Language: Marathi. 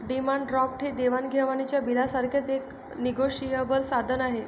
डिमांड ड्राफ्ट हे देवाण घेवाणीच्या बिलासारखेच एक निगोशिएबल साधन आहे